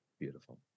beautiful